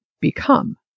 become